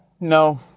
no